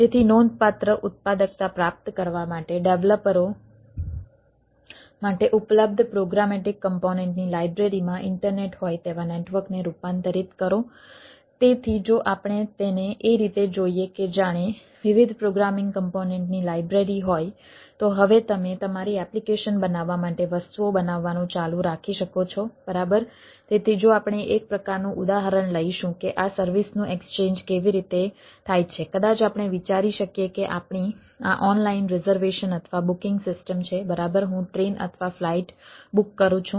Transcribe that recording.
તેથી નોંધપાત્ર ઉત્પાદકતા પ્રાપ્ત કરવા માટે ડેવલપરઓ માટે ઉપલબ્ધ પ્રોગ્રામેટિક કમ્પોનેન્ટ કરું છું